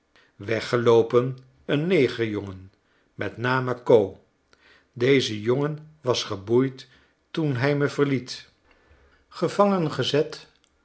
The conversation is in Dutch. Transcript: weggeloopen een negerjongen met name koo deze jongen was geboeid toen hij me verliet gevangen gezet